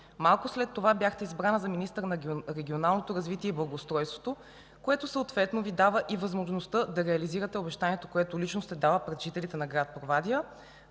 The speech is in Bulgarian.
Малко след това бяхте избрана за министър на регионалното развитие и благоустройството, което съответно Ви дава и възможността да реализирате обещанието, което лично сте дала пред жителите на град Провадия.